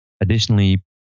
Additionally